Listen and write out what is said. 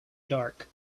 dark